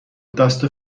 دست